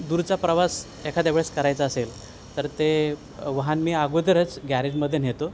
दूरचा प्रवास एखाद्या वेळेस करायचा असेल तर ते वाहन मी अगोदरच गॅरेजमध्ये नेतो